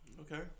Okay